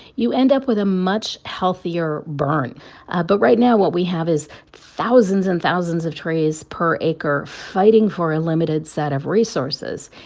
you end up with a much healthier burn but right now what we have is thousands and thousands of trees per acre fighting for a limited set of resources.